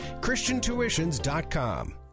christiantuitions.com